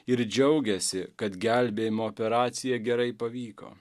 ir džiaugėsi kad gelbėjimo operacija gerai pavyko